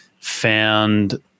found